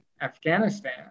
Afghanistan